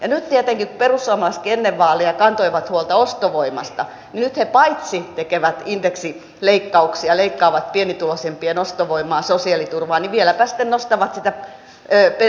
tietenkin kun perussuomalaisetkin ennen vaaleja kantoivat huolta ostovoimasta nyt he paitsi tekevät indeksileikkauksia leikkaavat pienituloisempien ostovoimaa sosiaaliturvaa vieläpä sitten nostavat bensaveroa